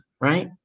right